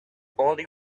only